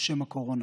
בשם הקורונה.